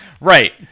right